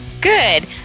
Good